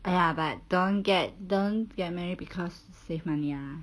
!aiya! but don't get don't get married because save money ah